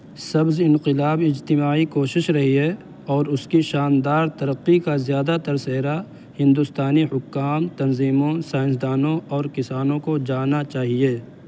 سبز انقلاب اجتماعی کوشش رہی ہے اور اس کی شاندار ترقی کا زیادہ تر سہرا ہندوستانی حکام تنظیموں سائنسدانوں اور کسانوں کو جانا چاہیے